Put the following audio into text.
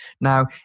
Now